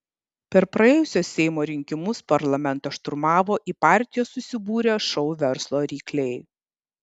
per praėjusius seimo rinkimus parlamentą šturmavo į partiją susibūrę šou verslo rykliai